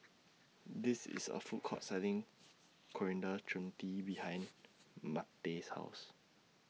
This IS A Food Court Selling Coriander Chutney behind Mattye's House